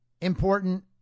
important